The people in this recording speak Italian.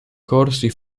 corsi